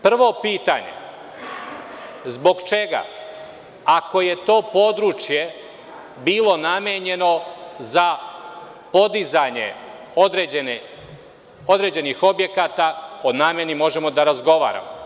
Prvo pitanje – zbog čega, ako je to područje bilo namenjeno za podizanje određenih objekata, o nameni možemo da razgovaramo